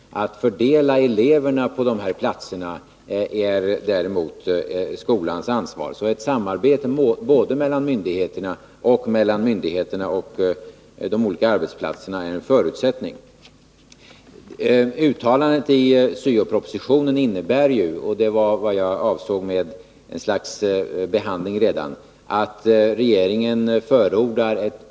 Att fördela eleverna på platserna är däremot skolans ansvar. Så ett samarbete både mellan myndigheterna och mellan myndigheterna och de olika arbetsplatserna är en förutsättning. Uttalandet i syo-propositionen innebär att regeringen förordar en oförändrad arbetsfördelning. Det var vad jag avsåg när jag sade att besked i viss mening redan har givits.